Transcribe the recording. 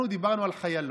אנחנו דיברנו על חיילות,